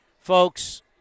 folks